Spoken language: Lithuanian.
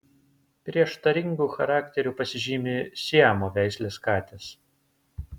prieštaringu charakteriu pasižymi siamo veislės katės